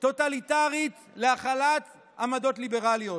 טוטליטרית להחלת עמדות ליברליות.